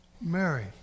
Mary